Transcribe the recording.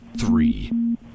three